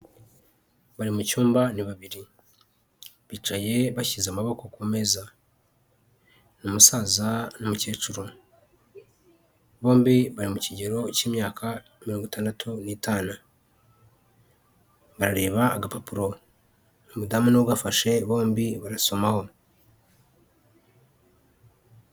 Bari mucyumba ni babiri bicaye bashyize amaboko ku meza, ni umusaza n'umukecuru, bombi bari mu kigero k'imyaka itandatu n'itanu, bareba agapapuro umudamu niwe ugafashe bombi barasomaho.